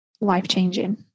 life-changing